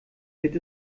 wird